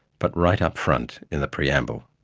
but right up front in the preamble.